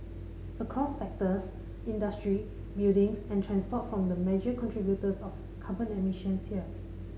across sectors industry buildings and transport from the major contributors of carbon emissions here